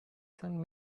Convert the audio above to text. son